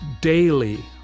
daily